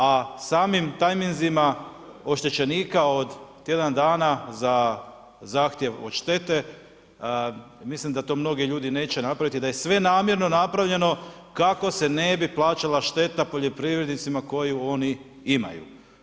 A samim tajminzima oštećenika od tjedan dana za zahtjev od štete, mislim da to mnogi ljudi neće napraviti i da je sve namjerno napravljeno kako se ne bi plaćala šteta poljoprivrednicima koju oni imaju.